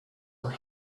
were